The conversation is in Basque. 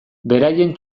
beraien